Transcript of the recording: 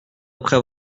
après